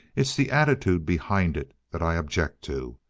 it's the attitude behind it that i object to.